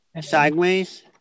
Sideways